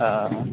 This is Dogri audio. हां